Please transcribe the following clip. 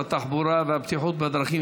שר התחבורה והבטיחות בדרכים,